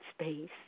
space